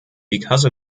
because